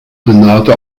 renate